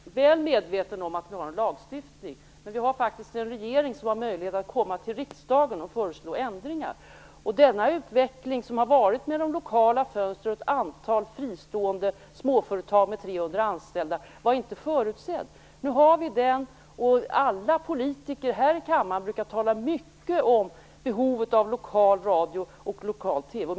Fru talman! Jag är mycket väl medveten om att vi har en lagstiftning, men vi har faktiskt en regering som har möjlighet att vända sig till riksdagen och föreslå ändringar. Den utveckling som har ägt rum när det gäller de lokala fönstren, med ett antal fristående småföretag med 300 anställda, var inte förutsedd. Nu har vi den, och alla politiker här i kammaren brukar tala mycket om behovet av lokal radio och lokal TV.